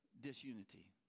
disunity